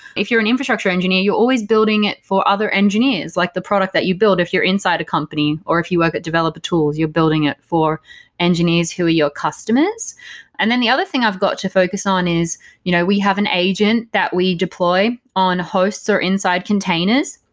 if you're an infrastructure engineer, you're always building it for other engineers. like the product that you build, if you're inside a company, or if you work at developer tools, you're building it for engineers who are your customers and then the other thing i've got to focus on is you know we have an agent that we deploy on hosts, or inside containers.